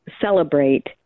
Celebrate